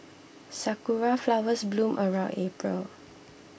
sakura flowers bloom around April